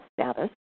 status